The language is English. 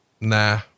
Nah